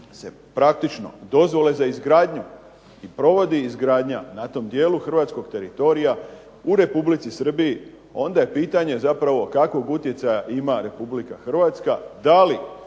se praktično dozvole za izgradnju i provodi izgradnja na tom dijelu hrvatskog teritorija u Republici Srbiji onda je pitanje zapravo kakvog utjecaja ima Republika Hrvatska,